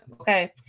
Okay